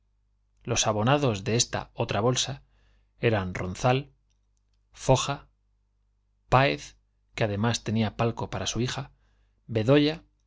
los abonados de esta otra bolsa eran ronzal foja páez que además tenía palco para su hija bedoya